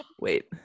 wait